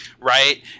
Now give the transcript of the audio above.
right